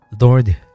Lord